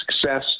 success